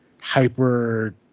hyper